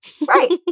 Right